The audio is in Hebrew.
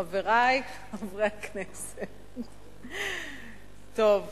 חברי חברי הכנסת, טוב,